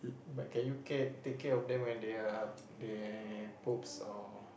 but can you take care of them when they are they poops or